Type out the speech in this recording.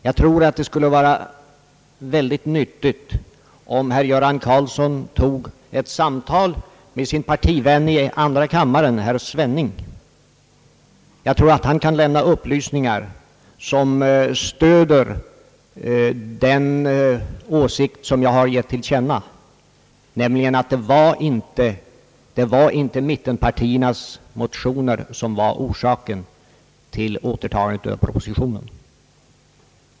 Jag tror att det skulle vara mycket nyttigt om herr Göran Karlsson försökte få ett samtal med sin partivän i andra kammaren herr Svenning. Jag tror att han kan lämna upplysningar som stöder den åsikt jag har gett till känna, nämligen att det inte var mittenpartiernas motioner som orsakade återtagandet av propositionen.